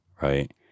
right